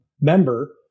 member